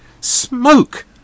smoke